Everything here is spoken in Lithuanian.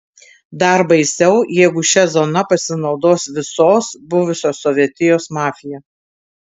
dar baisiau jeigu šia zona pasinaudos visos buvusios sovietijos mafija